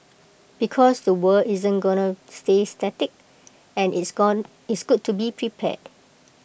because the world isn't gonna stay static and it's gone is good to be prepared